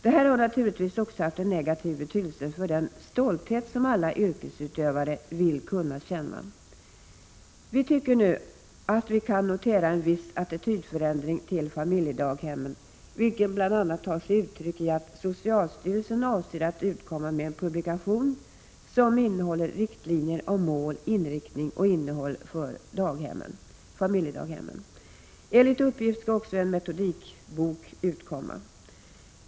Det här har naturligtvis också haft en negativ betydelse för den stolthet som alla yrkesutövare vill kunna känna. Vi tycker nu att vi kan notera en viss attitydförändring till familjedaghemmen, vilken bl.a. tar sig uttryck i att socialstyrelsen avser att utkomma med en publikation som innehåller riktlinjer om mål, inriktning och innehåll för familjedaghemmen. Enligt uppgift skall också en metodikbok utkomma.